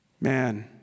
Man